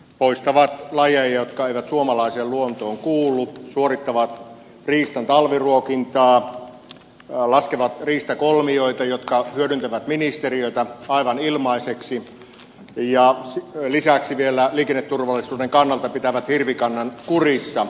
poistavat lajeja jotka eivät suomalaiseen luontoon kuulu suorittavat riistan talviruokintaa laskevat riistakolmioita mikä hyödyttää ministeriötä aivan ilmaiseksi ja lisäksi vielä liikenneturvallisuuden kannalta pitävät hirvikannan kurissa